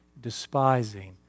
despising